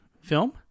film